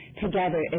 together